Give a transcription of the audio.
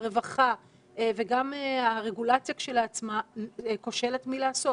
הרווחה וגם הרגולציה כשלעצמה כושלת מלעשות.